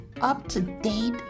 up-to-date